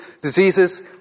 diseases